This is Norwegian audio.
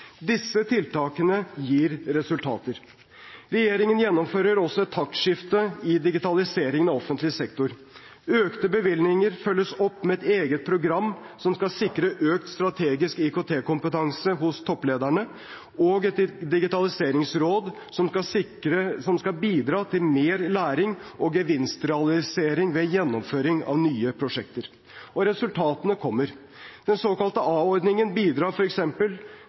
Disse tiltakene gir resultater. Regjeringen gjennomfører også et taktskifte i digitaliseringen av offentlig sektor. Økte bevilgninger følges opp med et eget program som skal sikre økt strategisk IKT-kompetanse hos topplederne og et digitaliseringsråd, som skal bidra til mer læring og gevinstrealisering ved gjennomføring av nye prosjekter. Resultatene kommer: Den såkalte A-ordningen bidrar